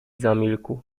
zamilkł